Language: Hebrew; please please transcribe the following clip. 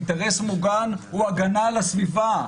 אינטרס מוגן הוא הגנה על הסביבה,